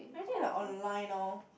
everything is like online now